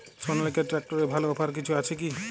সনালিকা ট্রাক্টরে ভালো অফার কিছু আছে কি?